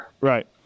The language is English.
right